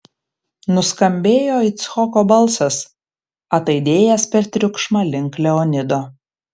nuskambėjo icchoko balsas ataidėjęs per triukšmą link leonido